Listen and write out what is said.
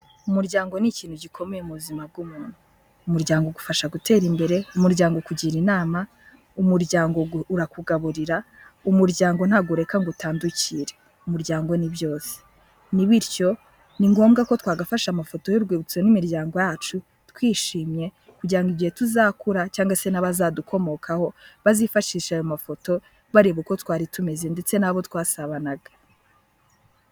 Umuryango ni ikintu gikomeye mu buzima bw'umuntu. Umuryango ugufasha gutera imbere. Umuryango ukugira inama, umuryango urakugaburira, umuryango ntabwo ureka ngo utandukire. Umuryango ni byose, ni bityo ni ngombwa ko twagafasha amafoto y'urwibutso n'imiryango yacu, twishimye kugira ngo igihe tuzakura cyangwa se n'abazadukomokaho bazifashisha ayo mafoto, bareba uko twari tumeze ndetse n'abo twasabanaga.